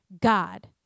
God